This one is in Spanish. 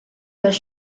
los